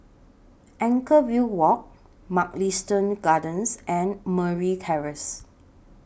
Anchorvale Walk Mugliston Gardens and Merryn Terrace